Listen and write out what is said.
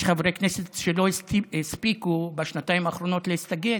יש חברי כנסת שלא הספיקו בשנתיים האחרונות להסתגל,